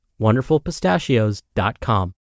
wonderfulpistachios.com